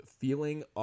feeling